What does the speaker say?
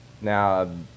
Now